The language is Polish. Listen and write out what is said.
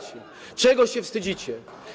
Czego się wstydzicie?